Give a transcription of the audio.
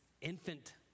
infant